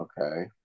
okay